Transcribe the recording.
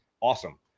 Awesome